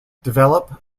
develop